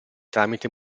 tramite